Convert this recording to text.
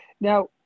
Now